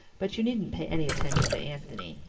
but you needn't pay any attention to anthony.